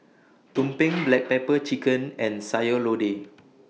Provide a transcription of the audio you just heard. Tumpeng Black Pepper Chicken and Sayur Lodeh